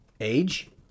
Age